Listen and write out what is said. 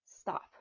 stop